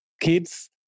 kids